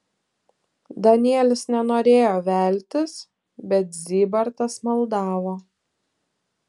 danielis nenorėjo veltis bet zybartas maldavo